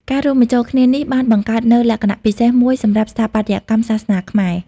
ការរួមបញ្ចូលគ្នានេះបានបង្កើតនូវ លក្ខណៈពិសេស មួយសម្រាប់ស្ថាបត្យកម្មសាសនាខ្មែរ។